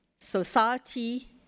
society